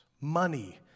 money